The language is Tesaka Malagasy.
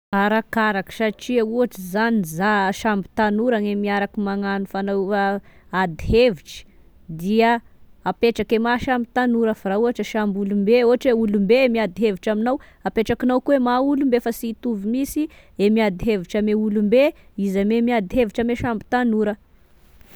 Arakaraka satria ohatry zany za samby tanora gny miaraky magnano fanao a- ady hevitry, dia apetrake mahasamby tanora, fa raha ohatry samy olom-be ohatry hoe olom-be miady hevitra aminao, apetrakinao koa hoe maha olom-be fa sy hitovy mihisy e miady hevitra ame olom-be izy ame miady hevitra ame samby tanora